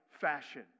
fashion